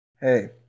Hey